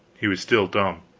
he was still dumb.